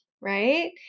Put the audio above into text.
right